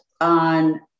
on